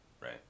right